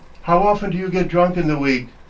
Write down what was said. how often do you get drunk in the week?